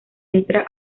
entra